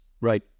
Right